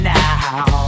now